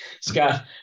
Scott